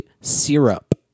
syrup